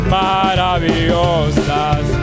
maravillosas